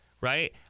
right